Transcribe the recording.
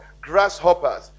grasshoppers